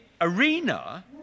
arena